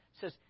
says